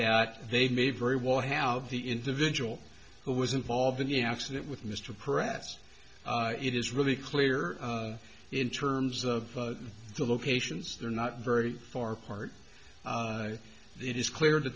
that they may very well have the individual who was involved in the accident with mr pretz it is really clear in terms of the locations they're not very far apart it is clear t